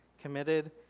committed